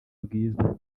bwiza